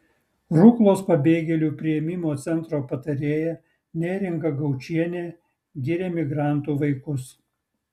ruklos pabėgėlių priėmimo centro patarėja neringa gaučienė giria migrantų vaikus